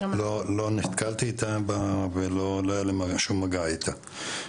לא נתקלתי בה ולא היה לי שום מגע איתה,